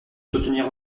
soutenir